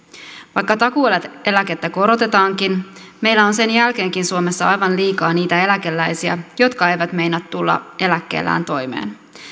vaikka takuueläkettä korotetaankin meillä on sen jälkeenkin suomessa aivan liikaa niitä eläkeläisiä jotka eivät meinaa tulla eläkkeellään toimeen